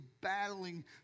battling